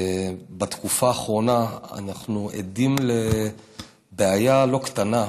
בתקופה האחרונה אנחנו עדים לבעיה לא קטנה,